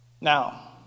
Now